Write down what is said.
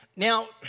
Now